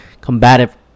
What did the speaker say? combative